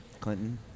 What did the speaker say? Clinton